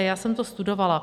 Já jsem to studovala.